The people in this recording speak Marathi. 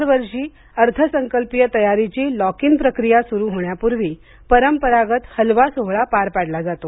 दरवर्षी अर्थसंकल्पीय तयारीची लॉक इन प्रक्रिया सुरू होण्यापूर्वी परंपरागत हलवा सोहळा पार पाडला जातो